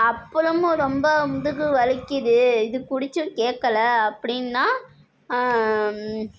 அப்பறமும் ரொம்ப முதுகு வலிக்குது இது குடிச்சும் கேட்கல அப்படின்னா